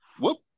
Whoop